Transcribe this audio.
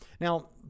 now